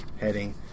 heading